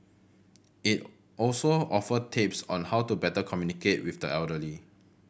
it also offer tips on how to better communicate with the elderly